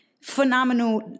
phenomenal